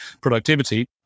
productivity